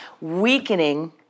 weakening